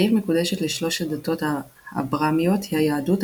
העיר מקודשת לשלוש הדתות האברהמיות היהדות,